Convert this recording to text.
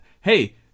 Hey